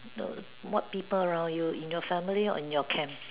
no what people around you in your family or in your camp